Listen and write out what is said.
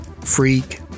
freak